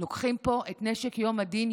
לוקחים פה את נשק יום הדין,